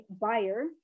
buyer